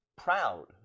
proud